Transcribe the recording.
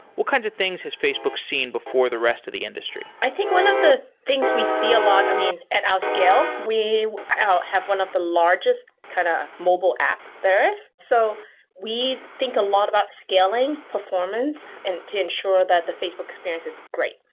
what kinds of things has facebook seen before the rest of the industry? i think one of the things we see a lot, i mean, at our scale, we have one of the largest kind of mobile app there is. so we think a lot about scaling performance and to ensure that the facebook experience is great.